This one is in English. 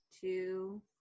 two